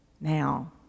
now